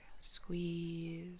squeeze